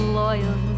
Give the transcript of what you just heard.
loyal